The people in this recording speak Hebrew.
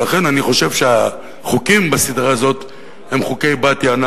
ולכן אני חושב שהחוקים בסדרה הזאת הם חוקי בת-יענה